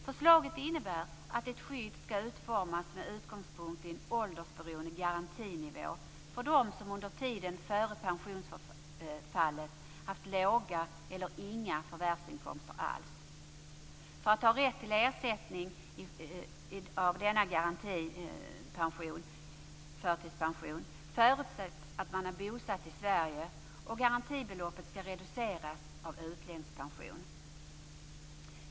Förslaget innebär att ett skydd skall utformas med utgångspunkt i en åldersberoende garantinivå, för dem som under tiden före pensionsfallet haft låga eller inga förvärvsinkomster alls. För att ha rätt till ersättning med denna förtidspension förutsätts att man är bosatt i Sverige, och garantibeloppet skall reduceras av utländsk pension.